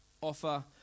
Offer